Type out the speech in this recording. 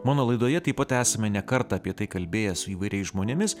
mano laidoje taip pat esame ne kartą apie tai kalbėję su įvairiais žmonėmis